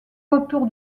autour